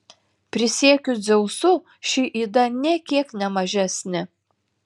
prisiekiu dzeusu ši yda nė kiek ne mažesnė